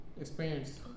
experience